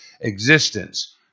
existence